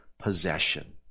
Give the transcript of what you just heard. possession